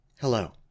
Hello